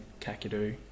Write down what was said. Kakadu